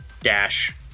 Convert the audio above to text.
dash